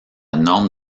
norme